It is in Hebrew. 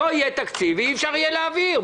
אבל לא יהיה תקציב ואי אפשר יהיה להעביר.